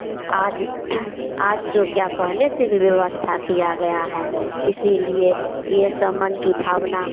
आज आज तो क्या पहले से भी व्यवस्था किया गया है इसीलिए यह सब मन की भावना